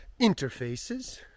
interfaces